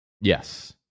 Yes